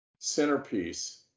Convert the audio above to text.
centerpiece